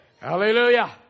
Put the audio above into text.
Hallelujah